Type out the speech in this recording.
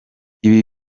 ibi